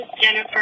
Jennifer